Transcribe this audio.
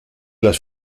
las